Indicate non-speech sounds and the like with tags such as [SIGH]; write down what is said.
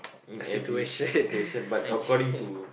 situation [LAUGHS]